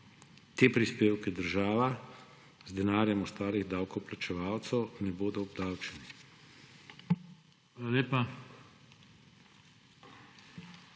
te prispevke država z denarjem ostalih davkoplačevalcev, ne bodo obdavčeni.